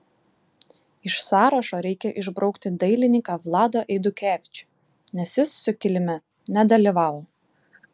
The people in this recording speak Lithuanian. iš sąrašo reikia išbraukti dailininką vladą eidukevičių nes jis sukilime nedalyvavo